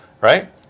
right